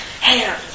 hair